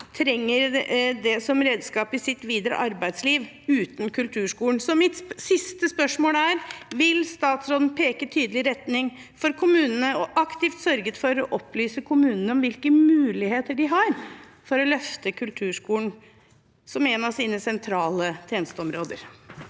trenger det som redskap i sitt videre arbeidsliv. Så mitt siste spørsmål er: Vil statsråden peke en tydelig retning for kommunene og aktivt sørge for å opplyse kommunene om hvilke muligheter de har for å løfte kulturskolen som et av sine sentrale tjenesteområder?